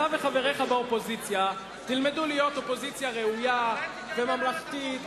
ובזמן הזה אתה וחבריך באופוזיציה תלמדו להיות אופוזיציה ראויה וממלכתית,